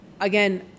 again